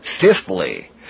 Fifthly